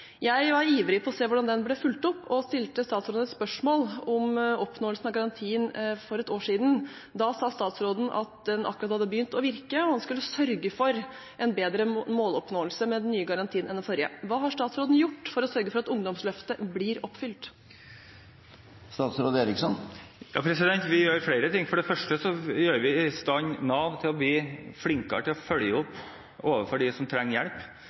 Jeg var ivrig etter å se hvordan den ble fulgt opp og stilte statsråden et spørsmål om oppnåelsen av garantien for ett år siden. Da sa statsråden at den akkurat hadde begynt å virke, og at han skulle sørge for en bedre måloppnåelse med den nye garantien enn den forrige hadde. Hva har statsråden gjort for å sørge for at ungdomsløftet blir oppfylt? Vi gjør flere ting. For det første gjør vi Nav i stand til å bli flinkere til å følge opp dem som trenger hjelp,